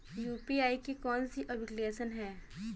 UPI की कौन कौन सी एप्लिकेशन हैं?